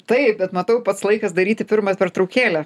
taip bet matau pats laikas daryti pirmą pertraukėlę